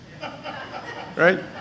Right